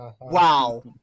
Wow